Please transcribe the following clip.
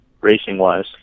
racing-wise